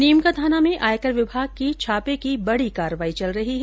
नीम का थाना में आयकर विभाग की छापे की बडी कार्रवाई चल रही है